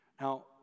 Now